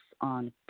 on